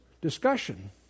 discussion